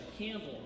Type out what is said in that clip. Campbell